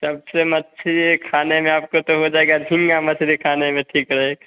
सबसे मच्छी खाने में आपको तो हो जाएगा झींगा मछली खाने में ठीक रहे